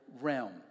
realm